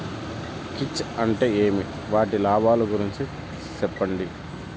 కీచ్ అంటే ఏమి? వాటి లాభాలు గురించి సెప్పండి?